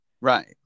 Right